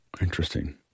Interesting